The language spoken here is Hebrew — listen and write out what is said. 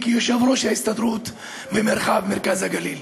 כיושב-ראש ההסתדרות במרחב מרכז הגליל.